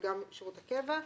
וגם שירות הקבע,